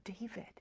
David